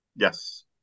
Yes